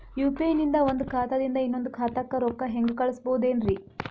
UPI ನಿಂದ ಒಂದ್ ಖಾತಾದಿಂದ ಇನ್ನೊಂದು ಖಾತಾಕ್ಕ ರೊಕ್ಕ ಹೆಂಗ್ ಕಳಸ್ಬೋದೇನ್ರಿ?